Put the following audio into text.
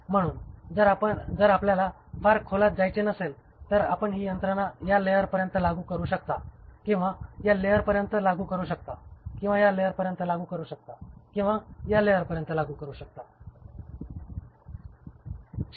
म्हणून जर आपल्याला फार खोलात जायचे नसेल तर आपण ही यंत्रणा या लेयरपर्यंत लागू करू शकता किंवा या लेयरपर्यंत लागू करू शकता किंवा या लेयरपर्यंत लागू करू शकता किंवा या लेयरपर्यंत लागू करू शकता किंवा या लेयरपर्यंत लागू करू शकता